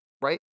right